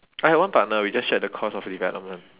I had one partner we just shared the cost of development